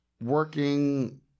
working